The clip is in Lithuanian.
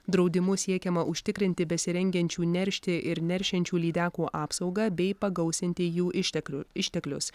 draudimu siekiama užtikrinti besirengiančių neršti ir neršiančių lydekų apsaugą bei pagausinti jų išteklių išteklius